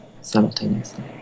simultaneously